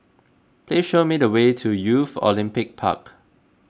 please show me the way to Youth Olympic Park